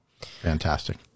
Fantastic